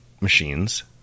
machines